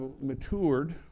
matured